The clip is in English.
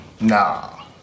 Nah